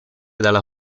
dalla